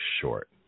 short